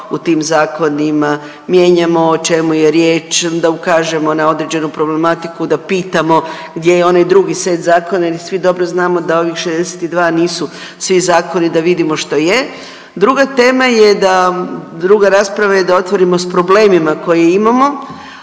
u tim zakonima mijenjamo, o čemu je riječ, da ukažemo na određenu problematiku, da pitamo gdje je onaj drugi set zakona jer svi dobro znamo da ovih 62 nisu svi zakoni da vidimo što je. Druga tema je da, druga rasprava je da otvorimo s problemima koje imamo,